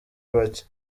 bake